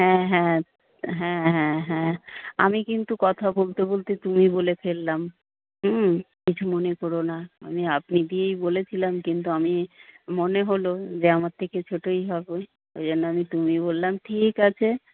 হ্যাঁ হ্যাঁ হ্যাঁ হ্যাঁ হ্যাঁ আমি কিন্তু কথা বলতে বলতে তুমি বলে ফেলাম কিছু মনে করো না আমি আপনি দিয়েই বলেছিলাম কিন্তু আমি মনে হলো যে আমার থেকে ছোটোই হবে ওই জন্য আমি তুমি বললাম ঠিক আছে